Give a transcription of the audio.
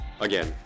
Again